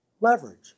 leverage